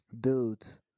Dudes